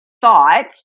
thought